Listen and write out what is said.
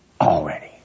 Already